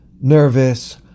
nervous